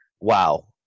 wow